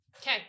Okay